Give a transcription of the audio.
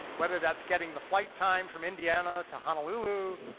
whether that's getting the flight time from indiana to honolulu,